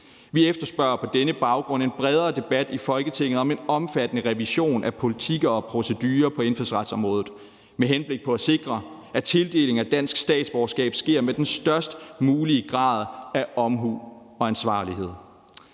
Vi efterspørger på denne baggrund en bredere debat i Folketinget om en omfattende revision af politikker og procedurer på indfødsretsområdet med henblik på at sikre, at tildeling af et dansk statsborgerskab sker med den størst mulige grad af omhu og ansvarlighed.